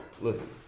Listen